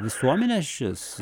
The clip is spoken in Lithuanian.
visuomenės šis